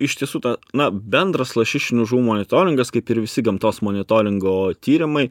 iš tiesų ta na bendras lašišinių žuvų monitoringas kaip ir visi gamtos monitoringo tyrimai